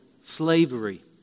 slavery